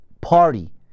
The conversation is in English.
Party